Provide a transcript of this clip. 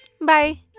Bye